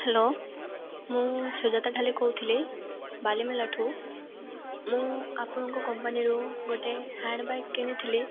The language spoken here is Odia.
ହାଲୋ ମୁଁ ସୁଜାତା ଢ଼ାଲି କହୁଥିଲି ବାଲିମେଲାଠୁ ମୁଁ ଆପଣଙ୍କ କମ୍ପାନୀରୁ ଗୋଟେ ହ୍ୟାଣ୍ଡ ବ୍ୟାଗ୍ କିଣିଥିଲି